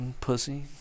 pussy